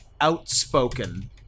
outspoken